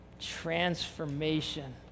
transformation